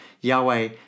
Yahweh